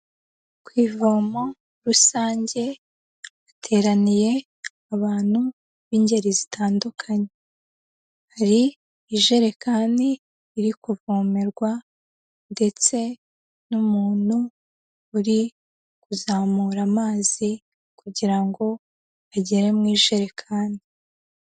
Ku ivomo rusange hateraniye abantu b'ingeri zitandukanye, hari ijerekani iri kuvomerwa ndetse n'umuntu uri kuzamura amazi kugira ngo agere mu ijerekani.